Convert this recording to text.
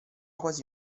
quasi